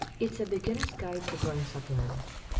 it' s a beginner's guide to growing succulents.